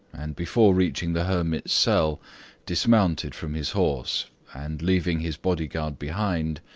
and before reaching the hermit's cell dismounted from his horse, and, leaving his body-guard behind,